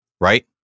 Right